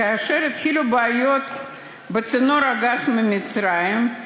כאשר התחילו בעיות בצינור הגז ממצרים,